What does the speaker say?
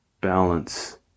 balance